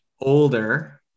older